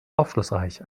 aufschlussreich